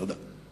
תודה.